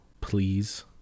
please